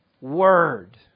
word